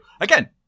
Again